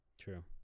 True